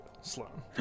Sloan